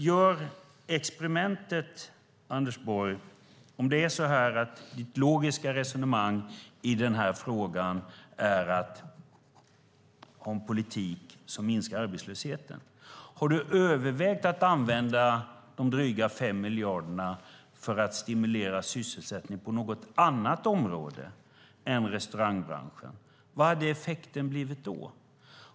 Gör ett experiment, Anders Borg, om det är så att ditt logiska resonemang i denna fråga handlar om en politik som minskar arbetslösheten! Har du övervägt att använda de dryga 5 miljarderna till att stimulera sysselsättning på något annat område än restaurangbranschen? Vilken hade effekten blivit då?